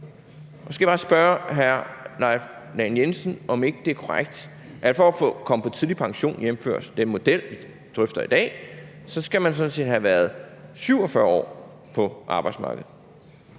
jeg bare spørge hr. Leif Lahn Jensen, om ikke det er korrekt, at for at komme på tidlig pension, jævnfør den model, vi drøfter i dag, skal man sådan set have været 47 år på arbejdsmarkedet.